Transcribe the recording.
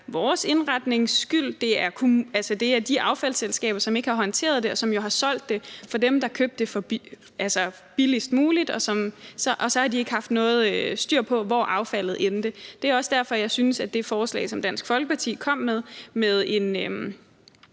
vores indretnings skyld; altså de affaldsselskaber, som ikke har håndteret det, og som jo har solgt det til dem, der købte det billigst muligt, har så ikke haft styr på, hvor affaldet endte. Det er også derfor, jeg synes, at det forslag, som Dansk Folkeparti kom med,